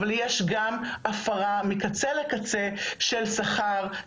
אבל יש גם הפרה מקצה לקצה של שכר,